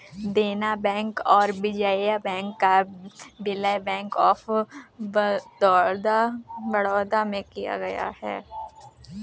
देना बैंक और विजया बैंक का विलय बैंक ऑफ बड़ौदा में किया गया है